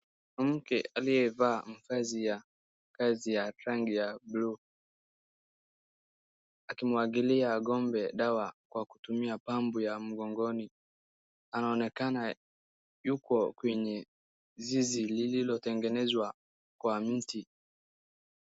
Mwanamke aliyevaa mavazi ya kazi ya rangi ya buluu, akimwagilia ng'ombe dawa kwa kutumia pampu ya mgongoni. Anaonekana yuko kwenye zizi lililotengenezwa kwa mti.